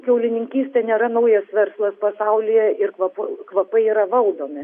kiaulininkystė nėra naujas verslas pasaulyje ir kvap kvapai yra valdomi